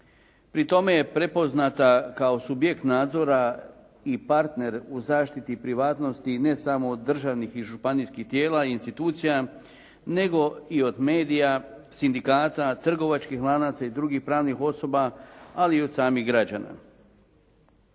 Pri tome je prepoznata kao subjekt nadzora i partner u zaštiti privatnosti ne samo od državnih i županijskih tijela i institucija nego i od medija, sindikata, trgovačkih lanaca i drugi pravnih osoba, ali i od samih građana.